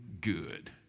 good